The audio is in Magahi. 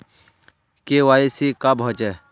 के.वाई.सी कब होचे?